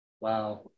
Wow